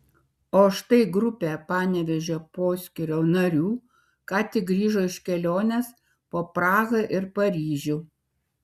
o štai grupė panevėžio poskyrio narių ką tik grįžo iš kelionės po prahą ir paryžių